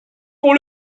pour